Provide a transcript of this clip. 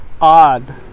odd